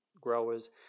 growers